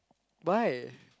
why